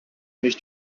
nicht